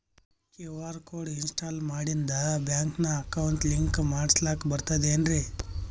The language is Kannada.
ಕ್ಯೂ.ಆರ್ ಕೋಡ್ ಇನ್ಸ್ಟಾಲ ಮಾಡಿಂದ ಬ್ಯಾಂಕಿನ ಅಕೌಂಟ್ ಲಿಂಕ ಮಾಡಸ್ಲಾಕ ಬರ್ತದೇನ್ರಿ